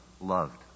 loved